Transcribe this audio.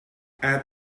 add